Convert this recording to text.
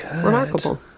Remarkable